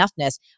enoughness